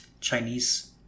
chinese